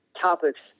topics